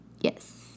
Yes